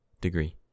degree